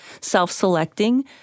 self-selecting